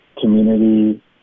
community